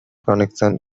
connection